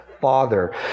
father